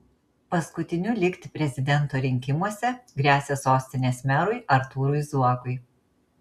paskutiniu likti prezidento rinkimuose gresia sostinės merui artūrui zuokui